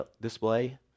display